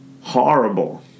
horrible